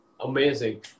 Amazing